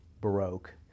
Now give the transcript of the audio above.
Baroque